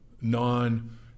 non